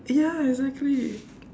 ya exactly